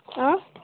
आं